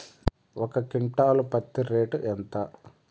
ఒక క్వింటాలు పత్తి రేటు ఎంత?